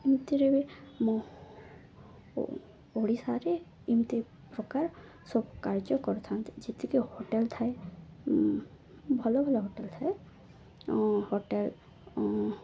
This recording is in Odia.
ଏମିତିରେ ବି ଆମ ଓଡ଼ିଶାରେ ଏମିତି ପ୍ରକାର ସବୁ କାର୍ଯ୍ୟ କରିଥାନ୍ତି ଯେତିକି ହୋଟେଲ ଥାଏ ଭଲ ଭଲ ହୋଟେଲ ଥାଏ ହୋଟେଲ